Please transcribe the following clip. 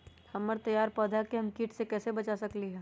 हमर तैयार पौधा के हम किट से कैसे बचा सकलि ह?